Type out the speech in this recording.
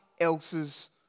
else's